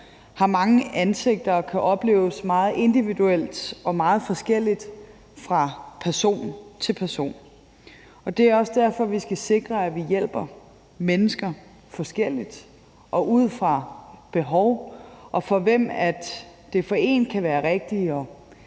har mange ansigter og kan opleves meget individuelt og meget forskelligt fra person til person. Det er også derfor, vi skal sikre, at vi hjælper mennesker forskelligt og ud fra behov. Hvor det for en kan være det rigtige